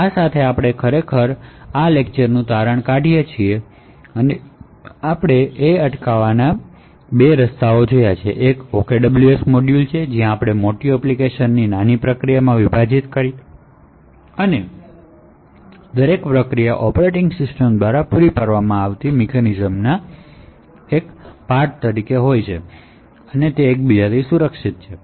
આ સાથે આપણે લેક્ચરનું તારણ કાઢીએ છીએ આપણે કનફિનમેંટ મેળવવાના બે રસ્તાઓ જોયે છે એક OKWS મોડ્યુલ છે જ્યાં આપણે મોટી એપ્લિકેશનને ઘણી નાની પ્રોસેસઓમાં વિભાજીત કરીએ છીએ અને દરેક પ્રોસેસ ઓપરેટીંગ સિસ્ટમ દ્વારા પૂરી પાડવામાં આવતી મિકેનિઝમ્સ દ્વારા એકબીજાથી સુરક્ષિત છે